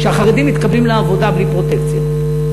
שהחרדים מתקבלים לעבודה בלי פרוטקציה.